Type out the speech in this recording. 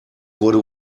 wurde